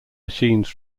machines